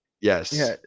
Yes